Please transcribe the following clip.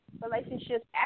relationships